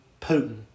Putin